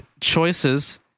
choices